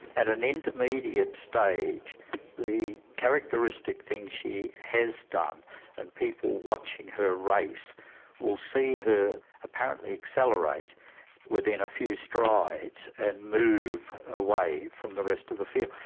at an intermediate stage the characteristic things she has done and people watching her race will see her apparently accelerate within a few strides and move away from the rest of the field.